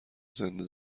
زنده